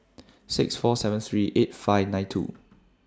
six four seven three eight five nine two